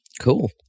Cool